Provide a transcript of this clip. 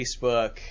Facebook